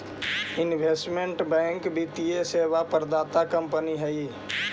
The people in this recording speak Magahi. इन्वेस्टमेंट बैंक वित्तीय सेवा प्रदाता कंपनी हई